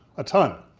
a ton,